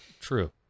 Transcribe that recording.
True